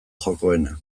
jokoena